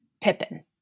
pippin